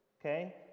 Okay